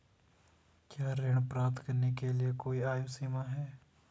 क्या ऋण प्राप्त करने के लिए कोई आयु सीमा है?